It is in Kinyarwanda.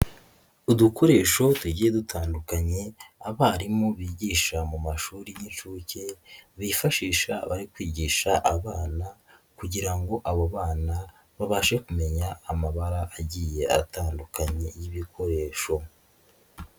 Udukoresho tugiye dutandukanye abarimu bigisha mu mashuri y'inshuke bifashisha bari kwigisha abana kugira ngo abo bana babashe kumenya amabara agiye atandukanye y'ibikoresho.